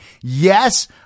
Yes